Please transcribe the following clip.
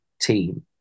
team